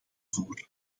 voor